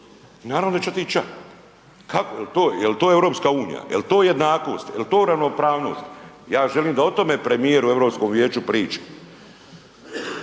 Naravno da će otići ća. Kako, jel to EU, jel to jednakost, jel to ravnopravnost? Ja želim da o tome premijer u Europskom vijeću priča,